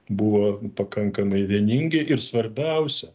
buvo pakankamai vieningi ir svarbiausia